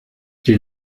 die